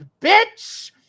bitch